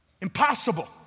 Impossible